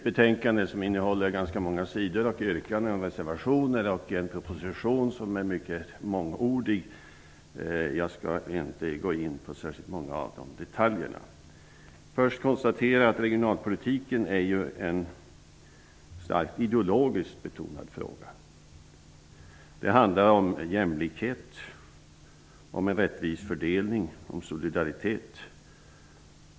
Betänkandet innehåller många sidor, yrkanden och reservationer, och propositionen är mycket mångordig. Jag skall dock inte gå in särskilt mycket på detaljerna. Regionalpolitiken är en starkt ideologiskt betonad fråga. Den handlar om jämlikhet, en rättvis fördelning och solidaritet.